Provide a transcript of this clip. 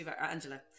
Angela